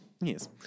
Yes